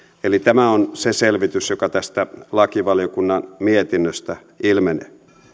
eli tämä on se selvitys joka tästä lakivaliokunnan mietinnöstä ilmenee